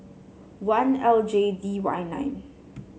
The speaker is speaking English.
one L J D Y nine